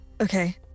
Okay